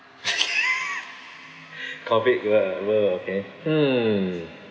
COVID wo~ world okay hmm